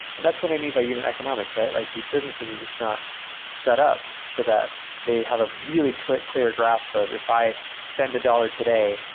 and that's what i mean by unit economics, right? like these businesses are just not set up so that they have a really clear clear grasp of. if i spend a dollar today,